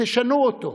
תשנו אותו.